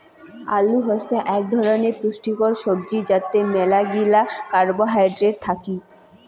আলু হসে আক ধরণের পুষ্টিকর সবজি যাতে মেলাগিলা কার্বোহাইড্রেট থাকি